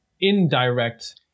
indirect